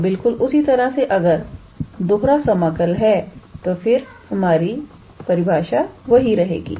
तो बिल्कुल उसी तरह से अगर दोहरा समाकल है तो हमारी भाषा वही रहेगी